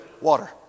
water